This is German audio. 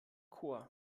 chor